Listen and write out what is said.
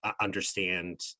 understand